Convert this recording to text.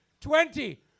Twenty